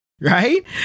right